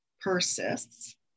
persists